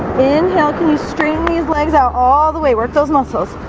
in now, can you stream these legs out all the way work those muscles?